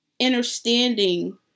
understanding